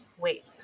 wait